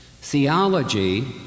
theology